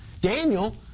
Daniel